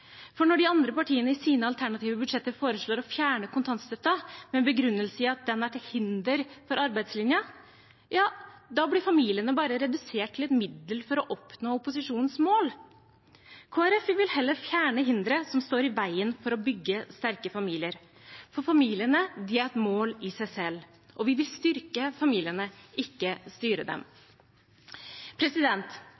familiene. Når de andre partiene i sine alternative budsjetter foreslår å fjerne kontantstøtten med begrunnelse i at den er til hinder for arbeidslinja, blir familiene redusert til et middel for å oppnå opposisjonens mål. Kristelig Folkeparti vil heller fjerne hindre som står i veien for å bygge sterke familier. For familiene er et mål i seg selv, og vi vil styrke familiene, ikke styre dem.